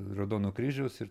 raudono kryžiaus ir